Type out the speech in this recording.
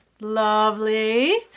Lovely